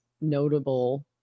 notable